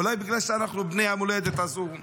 אולי בגלל שאנחנו בני המולדת הזו?